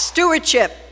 stewardship